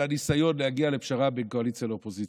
הניסיון להגיע לפשרה בין קואליציה לאופוזיציה.